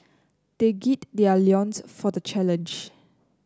they gird their loins for the challenge